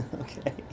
okay